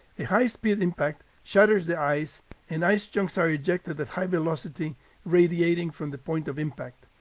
a high-speed impact shatters the ice and ice chunks are ejected at high velocity radiating from the point of impact.